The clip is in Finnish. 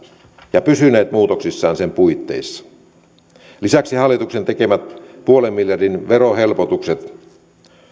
ja pysyneet muutoksissaan sen puitteissa lisäksi hallituksen tekemät puolen miljardin verohelpotukset